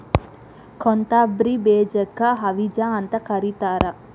ಕೊತ್ತಂಬ್ರಿ ಬೇಜಕ್ಕ ಹವಿಜಾ ಅಂತ ಕರಿತಾರ